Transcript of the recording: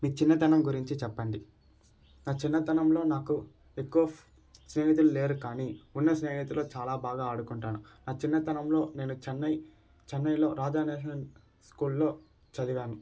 మీ చిన్న తనం గురించి చెప్పండి నా చిన్నతనంలో నాకు ఎక్కువ స్నేహితులు లేరు కానీ ఉన్న స్నేహితులు చాలా బాగా ఆడుకుంటాను నా చిన్నతనంలో నేను చెన్నై చెన్నైలో రాజా నేషనల్ స్కూల్లో చదివాను